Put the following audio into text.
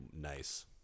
nice